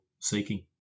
seeking